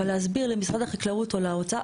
אבל להסביר למשרד החקלאות או לאוצר,